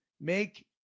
Make